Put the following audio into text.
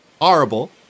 horrible